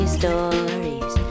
stories